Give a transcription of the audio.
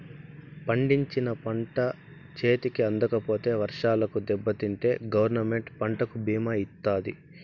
పండించిన పంట చేతికి అందకపోతే వర్షాలకు దెబ్బతింటే గవర్నమెంట్ పంటకు భీమా ఇత్తాది